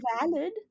valid